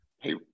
Hey